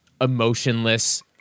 emotionless